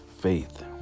faith